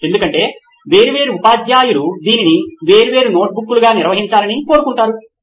ఎందుకంటే వేర్వేరు ఉపాధ్యాయులు దీనిని వేర్వేరు నోట్బుక్లుగా నిర్వహించాలని కోరుకుంటారు